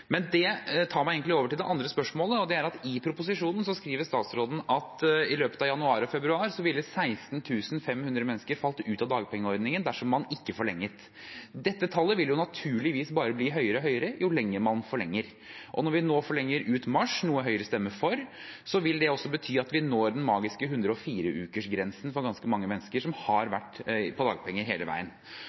Det tar meg over til det andre spørsmålet, og det er at statsråden i proposisjonen skriver at i løpet av januar og februar ville 16 500 mennesker falt ut av dagpengeordningen dersom man ikke forlenget. Dette tallet vil naturligvis bare bli høyere og høyere jo lenger man forlenger. Når vi nå forlenger ut mars, noe Høyre stemmer for, vil det også bety at vi når den magiske 104-ukersgrensen for ganske mange mennesker som har vært på dagpenger hele veien.